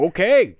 Okay